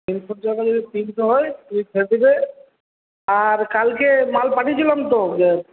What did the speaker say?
যদি তিনশো হয় দিয়ে দেবে আর কালকে মাল পাঠিয়েছিলাম তো